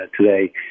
today